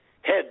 head